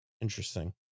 interesting